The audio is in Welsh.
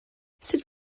sut